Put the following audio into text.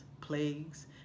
plagues